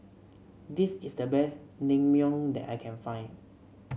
this is the best Naengmyeon that I can find